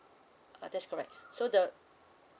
err that's correct so the